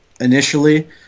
initially